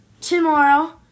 tomorrow